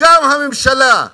גם הממשלה.